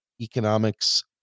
economics